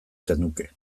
zenuke